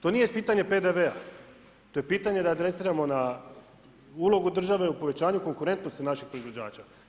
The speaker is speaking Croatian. To nije pitanje PDV-a, to je pitanje da adresiramo na ulogu države u povećanju konkurentnosti naših proizvođača.